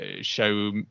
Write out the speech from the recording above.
show